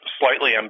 slightly